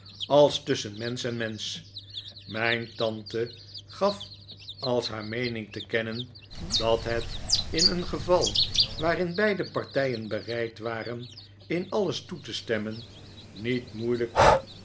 g e n mensch mijn tante gaf als haar meening te kennen dat het in een geval waarin beide partijen bereid waren in alles toe te stemmen niet moeilijk